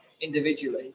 individually